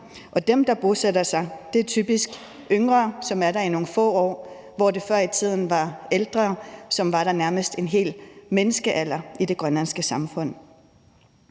og dem, der bosætter sig, er typisk yngre, som er der i nogle få år, hvor det før i tiden var ældre, som nærmest var en hel menneskealder i det grønlandske samfund.